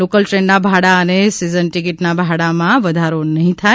local ટ્રેનના ભાડા અને સીઝન ટિકિટના ભાડામાં વધારો નહીં થાય